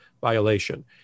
violation